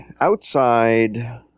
outside